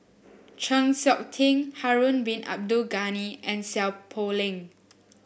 Chng Seok Tin Harun Bin Abdul Ghani and Seow Poh Leng